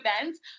events